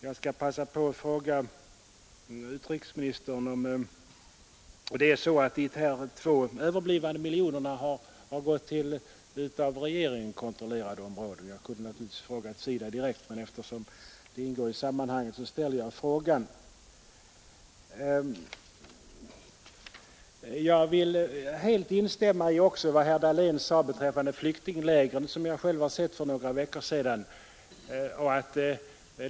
Jag skall passa på att fråga utrikesministern om det är så att de här 2 resterande miljonerna har gått till av Saigonregeringen kontrollerade områden. Jag kunde naturligtvis ha frågat SIDA direkt, men eftersom det ingår i sammanhanget ställer jag frågan. Jag vill helt instämma också i vad herr Dahlén sade beträffande flyktinglägren, som jag själv har sett för några veckor sedan.